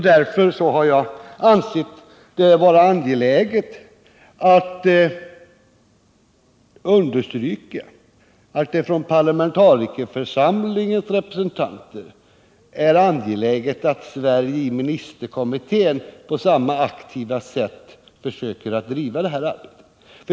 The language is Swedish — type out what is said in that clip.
Därför har jag ansett det angeläget att understryka att det för parlamentarikerförsamlingens representanter är viktigt att Sverige i ministerkommittén på samma aktiva sätt försöker driva det här arbetet.